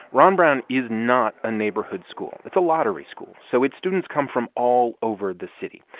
ron brown is not a neighborhood school. it's a lottery school, so its students come from all over the city.